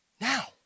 Now